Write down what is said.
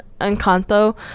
Encanto